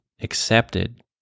accepted